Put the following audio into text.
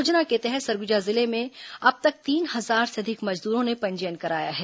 योजना के तहत सरगुजा जिले में अब तक तीन हजार से अधिक मजदूरों ने पंजीयन कराया है